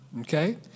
Okay